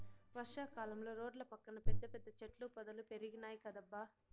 వర్షా కాలంలో రోడ్ల పక్కన పెద్ద పెద్ద చెట్ల పొదలు పెరిగినాయ్ కదబ్బా